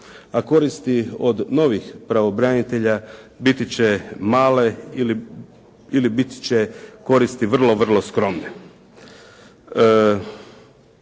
a koristi od novih pravobranitelja biti će male ili bit će koristi vrlo, vrlo skromne.